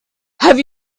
have